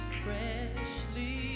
freshly